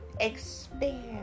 expand